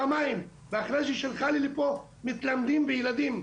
פעמיים ואחרי זה היא שלחה לי לפה מתלמדים וילדים,